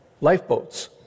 lifeboats